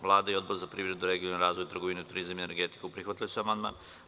Vlada i Odbor za privredu, regionalni razvoj, trgovinu, turizam i energetiku prihvatili su amandman.